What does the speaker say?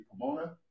Pomona